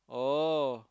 oh